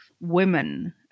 women